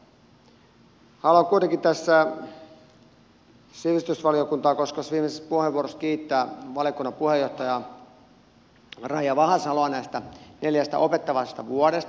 haluan kuitenkin tässä sivistysvaliokuntaa koskevassa viimeisessä puheenvuorossani kiittää valiokunnan puheenjohtaja raija vahasaloa näistä neljästä opettavaisesta vuodesta